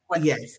yes